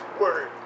word